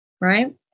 right